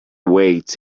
weight